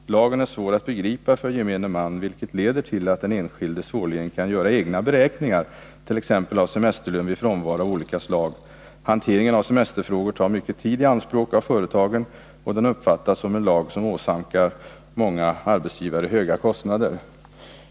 Men lagen är svår att begripa för gemene man, vilket leder till att den enskilde svårligen kan göra egna beräkningar, t.ex. om semesterlön vid frånvaro av olika slag. Hanteringen av semesterfrågor tar mycken tid i anspråk på företagen, och lagen anses åsamka många arbetsgivare höga kostnader.